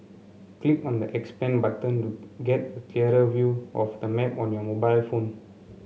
click on the 'expand' button to get a clearer view of the map on your mobile phone